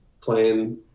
playing